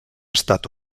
estat